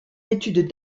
études